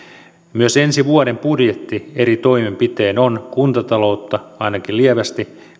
myös ensi vuoden budjetti eri toimenpitein on kuntataloutta ainakin lievästi